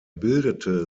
bildete